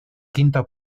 quinta